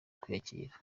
kwiyakira